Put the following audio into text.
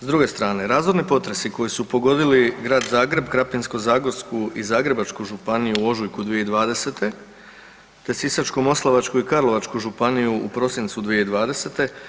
S druge strane razorni potresi koji su pogodili grad Zagreb, Krapinsko-zagorsku i Zagrebačku županiju u ožujku 2020., te Sisačko-moslavačku i Karlovačku županiju u prosincu 2020.